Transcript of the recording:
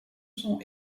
sont